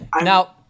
Now